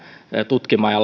tutkimaan ja